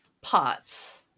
pots